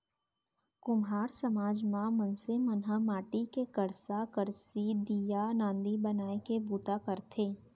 कुम्हार समाज म मनसे मन ह माटी के करसा, करसी, दीया, नांदी बनाए के बूता करथे